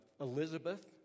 Elizabeth